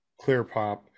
clearpop